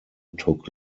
took